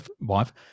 wife